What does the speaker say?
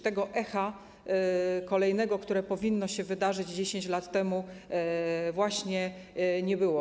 Tego kolejnego echa, które powinno się wydarzyć 10 lat temu, właśnie nie było.